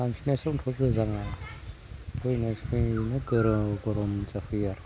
सानस्रिनायासो ओंखारो गोजाङा दैमा सिङाव गरम गरम जाफैयो आरो